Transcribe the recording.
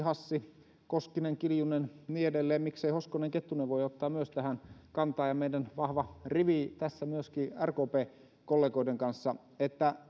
hassi koskinen kiljunen niin edelleen ja mikseivät hoskonen ja kettunen voi ottaa myös kantaa tähän ja meidän vahva rivi tässä myöskin rkpn kollegoiden kanssa